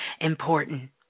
important